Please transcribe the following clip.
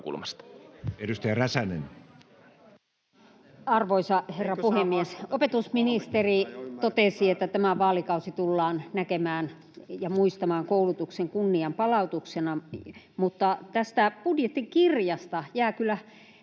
kertaa jo ymmärretty väärin!] Opetusministeri totesi, että tämä vaalikausi tullaan näkemään ja muistamaan koulutuksen kunnianpalautuksena, mutta budjettikirjasta jää kyllä